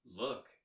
look